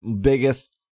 biggest